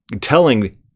telling